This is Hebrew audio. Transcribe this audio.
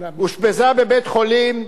אושפזה בבית-חולים,